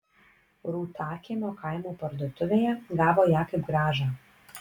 rūtakiemio kaimo parduotuvėje gavo ją kaip grąžą